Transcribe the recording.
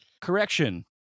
Correction